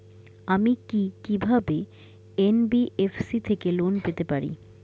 আমি কি কিভাবে এন.বি.এফ.সি থেকে লোন পেতে পারি?